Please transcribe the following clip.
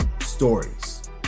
stories